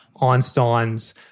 Einstein's